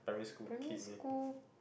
primary school